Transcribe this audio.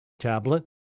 tablet